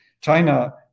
China